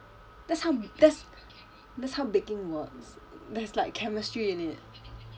that's how that's that's how baking was there's like chemistry in it